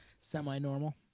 semi-normal